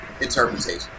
interpretation